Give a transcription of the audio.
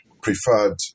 preferred